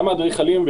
גם האדריכלים,